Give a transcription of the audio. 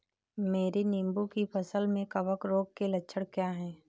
मेरी नींबू की फसल में कवक रोग के लक्षण क्या है?